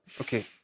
okay